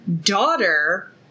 daughter